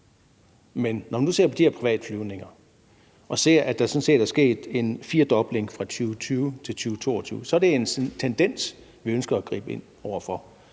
Men når man nu ser på de her privatflyvninger og ser, at der sådan set er sket en firdobling fra 2020 til 2022, så er det en tendens, som vi ønsker at gribe ind over for.